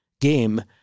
game